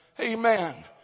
Amen